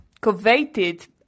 coveted